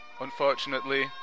Unfortunately